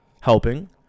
helping